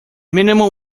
minimum